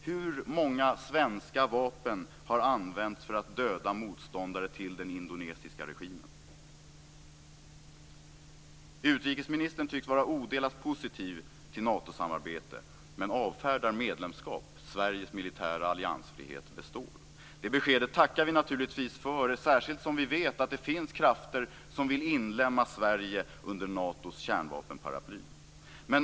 Hur många svenska vapen har använts för att döda motståndare till den indonesiska regimen? Utrikesministern tycks vara odelat positiv till Natosamarbete men avfärdar medlemskap - "Sveriges militära alliansfrihet består". Det beskedet tackar vi naturligtvis för, särskilt som vi vet att det finns krafter som vill inlemma Sverige under Natos kärnvapenparaply.